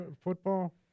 Football